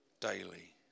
Daily